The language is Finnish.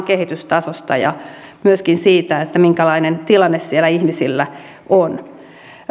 kehitystasosta ja myöskin siitä minkälainen tilanne siellä ihmisillä on